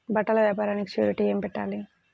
బట్టల వ్యాపారానికి షూరిటీ ఏమి పెట్టాలి?